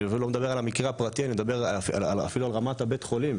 אני אפילו לא מדבר על המקרה הפרטי אלא ברמה של בית החולים,